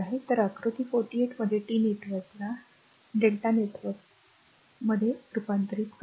तर आकृती 48 मध्ये T नेटवर्क r ला r Δ नेटवर्कला काय कॉल करेल